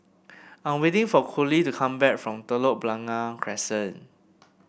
I'm waiting for Coley to come back from Telok Blangah Crescent